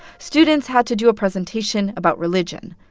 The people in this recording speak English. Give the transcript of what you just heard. students had to do a presentation about religion.